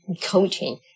coaching